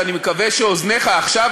ואני מקווה שאוזניך עכשיו,